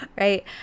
right